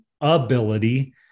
ability